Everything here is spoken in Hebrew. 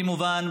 כמובן,